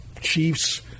Chiefs